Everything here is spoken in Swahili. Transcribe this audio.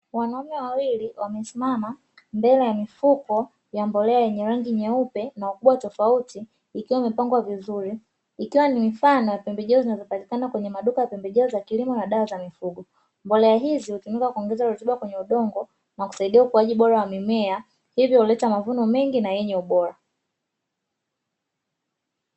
Wanaume wawili wamesimama mbele ya mifuko ya mbolea yenye rangi nyeupe na ukubwa tofauti ikiwa imepangwa vizuri. Ikiwa ni mifano ya pembejeo zinazopatikana kwenye maduka ya pembejeo za kilimo na dawa za mifugo. Mbolea hizi hutumika kuongeza rutuba kwenye udongo na kusaidia ukuaji bora wa mimea hivyo huleta mavuno mengi na yenye ubora.